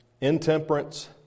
intemperance